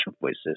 voices